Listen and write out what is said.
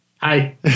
Hi